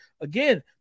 again